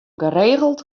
geregeld